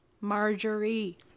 Marjorie